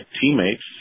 teammates